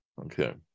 Okay